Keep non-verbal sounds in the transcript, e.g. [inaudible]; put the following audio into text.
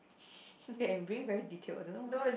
[breath] okay we're being very detailed I don't know